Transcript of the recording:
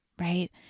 right